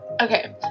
Okay